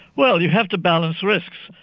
well, you have to balance risks.